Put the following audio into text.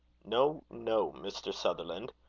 no, no, mr. sutherland,